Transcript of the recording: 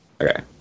Okay